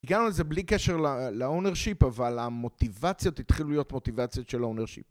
הגענו לזה בלי קשר ל ownership, אבל המוטיבציות התחילו להיות מוטיבציות של ה ownership.